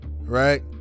right